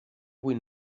vuit